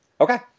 Okay